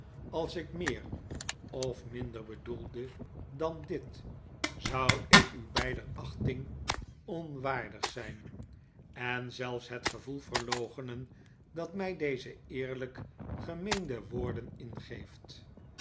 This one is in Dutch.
als ik meer of minder bedoelde dan dit zou ik u beider achting onwaardig zijn en zelfs het gevoel verloochenen dat mij deze eerlijk gemeende woorden ingeeft